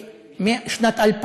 משנת 2000?